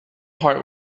heart